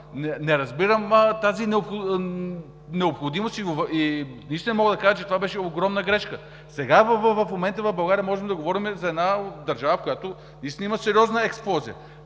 Не разбирам тази необходимост и наистина мога да кажа, че това беше огромна грешка. Сега, в момента в България можем да говорим за една държава, в която наистина има сериозна експлозия